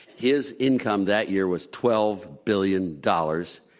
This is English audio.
his income that year was twelve billion dollars,